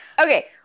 Okay